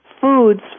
foods